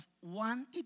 one